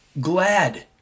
glad